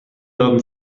werden